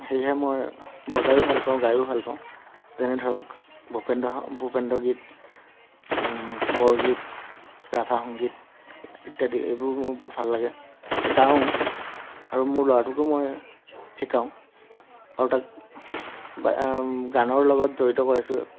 সেয়েহে মই বজাইও ভাল পাওঁ গাইয়ো ভাল পাওঁ যেনে ধৰক ভূপেন্দ্ৰ ভূপেন্দ্ৰ গীত বৰগীত ৰাভা সংগীত ইত্যাদি এইবোৰ মোৰ বহুত ভাল লাগে গাওঁ আৰু মোৰ ল'ৰাটোকো মই শিকাওঁ আৰু তাক গানৰ লগত জড়িত কৰাইছোঁ